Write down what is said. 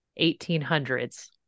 1800s